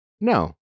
no